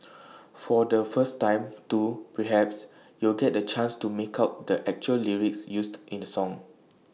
for the first time too perhaps you'll get the chance to make out the actual lyrics used in the song